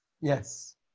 Yes